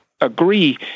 agree